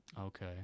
Okay